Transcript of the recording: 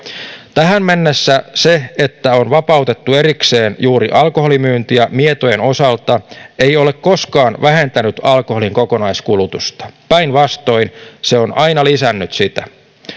tähän mennessä se että on vapautettu erikseen juuri alkoholimyyntiä mietojen osalta ei ole koskaan vähentänyt alkoholin kokonaiskulutusta päinvastoin se on aina lisännyt sitä